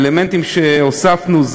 האלמנטים שהוספנו: